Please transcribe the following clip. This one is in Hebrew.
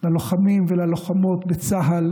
ללוחמים וללוחמות בצה"ל